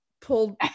pulled